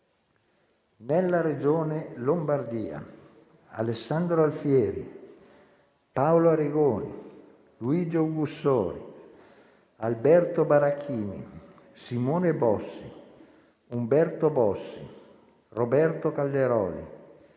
nella Regione Lombardia: Alessandro Alfieri, Paolo Arrigoni, Luigi Augussori, Alberto Barachini, Simone Bossi, Umberto Bossi, Roberto Calderoli,